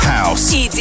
House